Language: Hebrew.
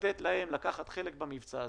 לתת להם לקחת חלק במבצע הזה.